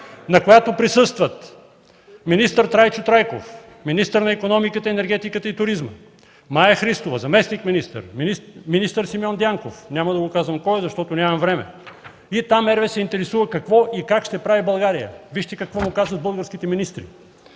на която присъстват министър Трайчо Трайков – министър на икономиката, енергетика и туризма, Мая Христова – заместник-министър, министър Симеон Дянков – няма да го казвам кой е, защото нямам време – и там RWE се интересува какво и как ще прави България. Вижте какво му казват българските министри: